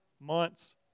months